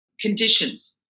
conditions